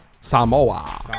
Samoa